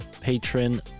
patron